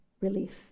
relief